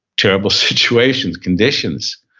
terrible situations, conditions.